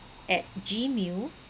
at gmail